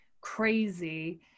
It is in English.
crazy